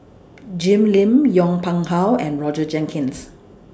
Jim Lim Yong Pung How and Roger Jenkins